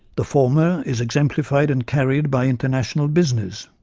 the former is exemplified and carried by international business